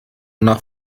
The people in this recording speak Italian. una